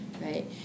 right